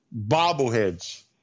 bobbleheads